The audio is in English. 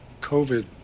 COVID